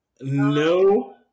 No